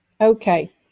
Okay